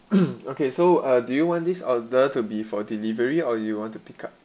okay so uh do you want this order to be for delivery or you want to pick up